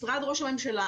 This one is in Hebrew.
משרד ראש הממשלה,